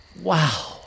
Wow